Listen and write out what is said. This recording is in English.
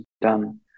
done